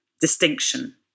distinction